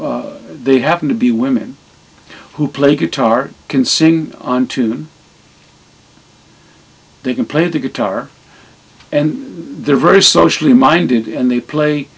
they happen to be women who play guitar can sing on to they can play the guitar and they're very socially minded and they play